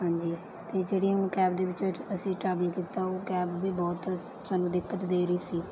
ਹਾਂਜੀ ਅਤੇ ਜਿਹੜੀ ਹੁਣ ਕੈਬ ਦੇ ਵਿੱਚ ਅਸੀਂ ਟਰੈਵਲ ਕੀਤਾ ਉਹ ਕੈਬ ਵੀ ਬਹੁਤ ਸਾਨੂੰ ਦਿੱਕਤ ਦੇ ਰਹੀ ਸੀ